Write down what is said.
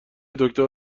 دکتر